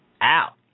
out